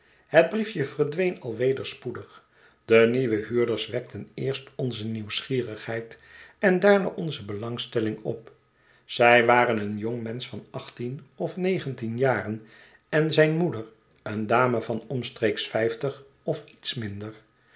het briefje verdween al weder spoedig de nieuwe huurders wekten eerst onze nieuwsgierigheid en daarna onze belangstelling op zij waren een jong mensch van achttien of negentien jaren en zijn moeder een dame van omtreeks vijftig of iets minder